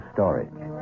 Storage